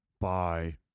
Bye